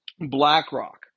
BlackRock